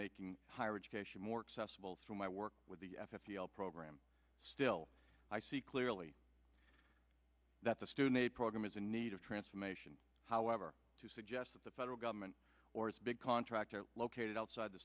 making higher education more accessible through my work with the program still i see clearly that the student aid program is in need of transformation however to suggest that the federal government or big contractor located outside the